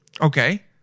Okay